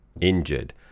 injured